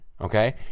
okay